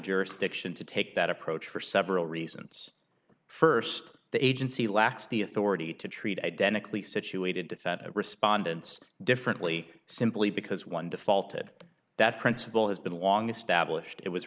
jurisdiction to take that approach for several reasons first the agency lacks the authority to treat identically situated to fet respondents differently simply because one defaulted that principle has been long established it was